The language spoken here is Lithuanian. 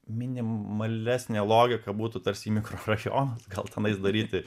minimalesnė logika būtų tarsi mikrorajonus gal tenais daryti